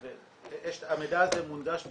המידע הזה מונגש ברמה,